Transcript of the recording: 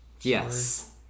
Yes